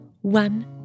One